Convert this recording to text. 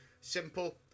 Simple